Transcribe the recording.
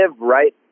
right